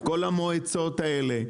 כל המועצות האלה?